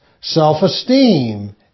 self-esteem